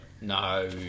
No